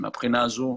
מהבחינה הזו,